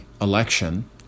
election